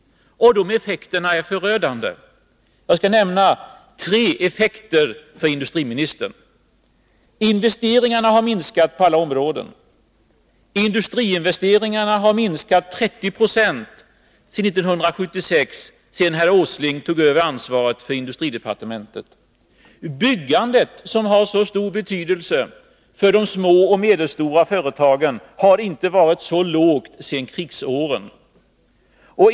Effekterna är förödande. Jag skall för industriministern nämna tre effekter. 1. Investeringarna har minskat på alla områden. Industriinvesteringarna har minskat 30 26 sedan 1976 och sedan herr Åsling tog över ansvaret för industridepartementet. 2. Byggandet, som har stor betydelse för de små och medelstora företagen, har inte varit så lågt sedan krigsåren. 3.